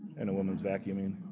and a woman vacuuming.